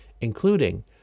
including